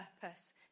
purpose